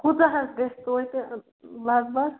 کوٗتاہ حظ گژھہِ توتہِ ٲں لگ بھگ